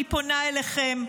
אני פונה אליכן,